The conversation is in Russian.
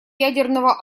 ядерного